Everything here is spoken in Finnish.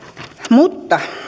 mutta